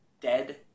dead